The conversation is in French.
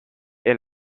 est